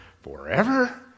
forever